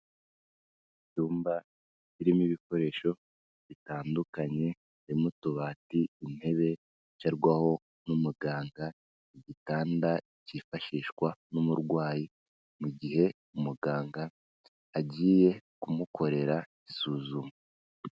Ibyumba birimo ibikoresho bitandukanye birimo utubati, intebe yicarwaho n'umuganga, igitanda cyifashishwa n'umurwayi mu gihe umuganga agiye kumukorera isuzuma.